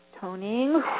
Toning